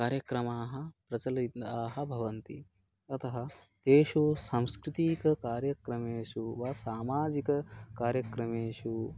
कार्यक्रमाः प्रचलिताः भवन्ति अतः तेषु सांस्कृतिककार्यक्रमेषु वा सामाजिककार्यक्रमेषु